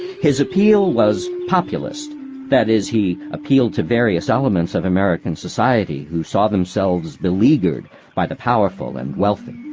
his appeal was populist that is, he appealed to various elements of american society who saw themselves beleaguered by the powerful and wealthy.